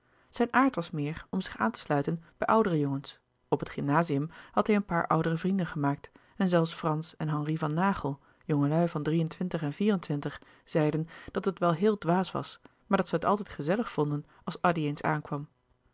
zijn aard was meer om zich aan te sluiten bij oudere jongens op het gymnazium had hij een paar oudere vrienden gemaakt en zelfs frans en henri van naghel jongelui van drie-en-twintig en vier entwinig louis couperus de boeken der kleine zielen zeiden dat het wel heel dwaas was maar dat zij het altijd gezellig vonden als addy eens aankwam